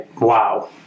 Wow